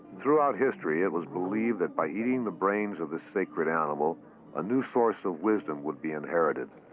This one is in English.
throughout history, it was believed that by eating the brains of this sacred animal a new source of wisdom would be inherited,